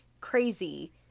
crazy